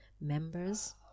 members